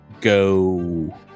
go